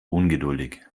ungeduldig